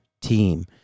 team